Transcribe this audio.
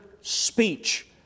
speech